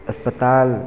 अस्पताल